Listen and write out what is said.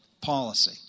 policy